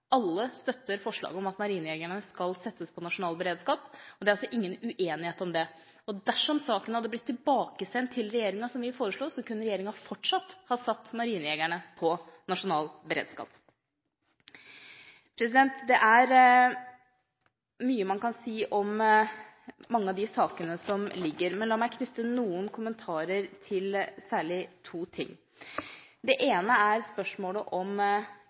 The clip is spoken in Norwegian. Alle støtter forslaget om at marinejegerne skal kunne settes på nasjonal beredskap, det er ingen uenighet om det. Dersom saken hadde blitt tilbakesendt til regjeringa – som vi foreslo – kunne regjeringa fortsatt ha satt marinejegerne på nasjonal beredskap. Det er mye man kan si om mange av de sakene som foreligger, men la meg knytte noen kommentarer til særlig to ting. Det ene er spørsmålet om